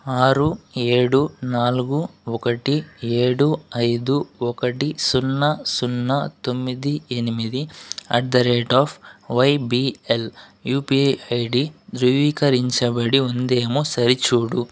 ఆరు ఏడు నాలుగు ఒకటి ఏడు ఐదు ఒకటి సున్నా సున్నా తొమ్మిది ఎనిమిది at the rate of YBL UPI ID ధృవీకరించబడి ఉందేమో సరిచూడు